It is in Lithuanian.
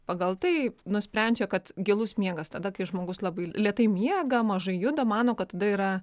pagal tai nusprendžia kad gilus miegas tada kai žmogus labai lėtai miega mažai juda mano kad tada yra